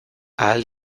ahal